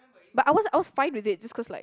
but I was I was fine with it just cause like